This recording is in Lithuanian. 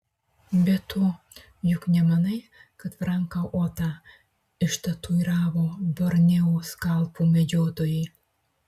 be to juk nemanai kad franką otą ištatuiravo borneo skalpų medžiotojai